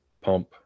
pump